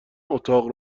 اتاق